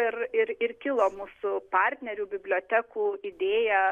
ir ir ir kilo mūsų partnerių bibliotekų idėja